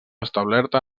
establerta